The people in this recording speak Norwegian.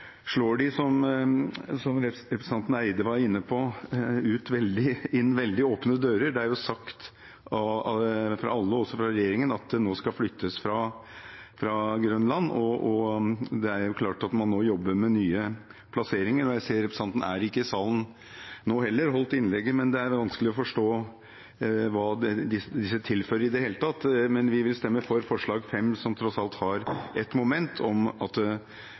slår de, som representanten Eide var inne på, inn veldig åpne dører. Det er jo sagt fra alle, også fra regjeringen, at det nå skal flyttes fra Grønland, og det klart at man nå jobber med nye plasseringer. Jeg ser at representanten ikke er i salen nå heller, men holdt innlegget, og det er vanskelig å forstå hva disse tilfører i det hele tatt. Men vi vil stemme for forslag nr. 5, som tross alt har et moment om at